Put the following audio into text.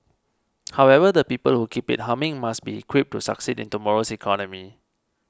however the people who keep it humming must be equipped to succeed in tomorrow's economy